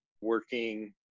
working